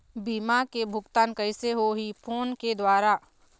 बीमा के भुगतान कइसे होही फ़ोन के द्वारा?